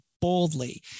boldly